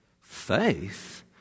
Faith